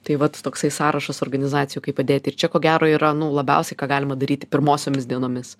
tai vat toksai sąrašas organizacijoj kaip padėti ir čia ko gero yra nu labiausiai ką galima daryti pirmosiomis dienomis